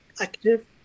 active